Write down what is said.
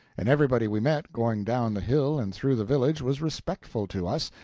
and everybody we met, going down the hill and through the village was respectful to us,